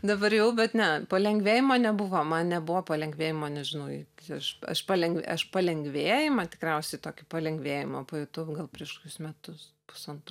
dabar jau bet ne palengvėjimo nebuvo man nebuvo palengvėjimo nežinau iki aš aš palengvė aš palengvėjimą tikriausiai tokį palengvėjimą pajutau gal prieš kokius metus pusantrų